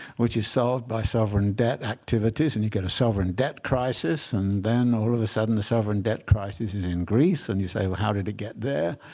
which is solved by sovereign debt activities. and you get a sovereign debt crisis. and then, all of a sudden, the sovereign debt crisis is in greece. and you say, well, how did it get there?